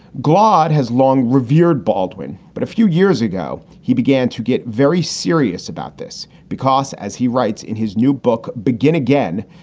god has long revered baldwin. but a few years ago he began to get very serious about this because as he writes in his new book, begin again,